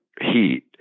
heat